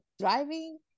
driving